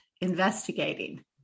investigating